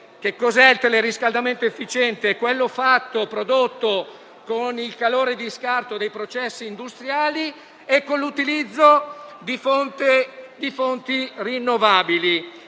l'uso del teleriscaldamento efficiente, prodotto cioè con il calore di scarto dei processi industriali e con l'utilizzo di fonti rinnovabili.